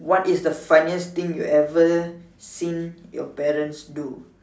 what is the funniest thing you ever seen your parents do